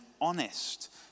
honest